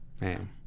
man